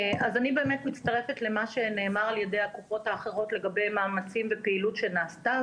אני מצטרפת למה שנאמר על-ידי הקופות האחרות לגבי מאמצים ופעילות שנעשתה,